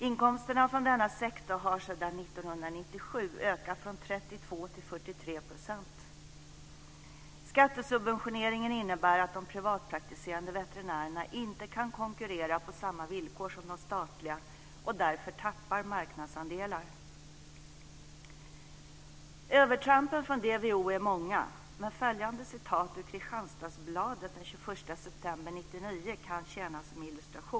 Inkomsterna från denna sektor har sedan 1997 ökat från 32 till 43 %. Skattesubventioneringen innebär att de privatpraktiserande veterinärerna inte kan konkurrera på samma villkor som de statliga och därför tappar marknadsandelar. Övertrampen från DVO är många. Följande utdrag ur Kristianstadsbladet den 21 september 1999 kan tjäna som illustration.